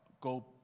go